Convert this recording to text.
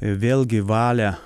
vėlgi valią